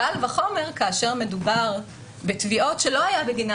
קל וחומר כאשר מדובר בתביעות שלא היה בגינן